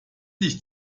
dich